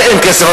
אין כסף.